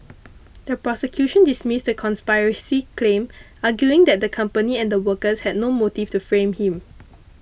the prosecution dismissed the conspiracy claim arguing that the company and the workers had no motive to frame him